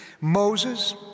Moses